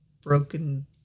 broken